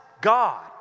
God